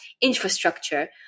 infrastructure